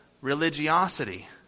religiosity